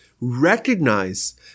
Recognize